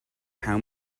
how